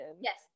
Yes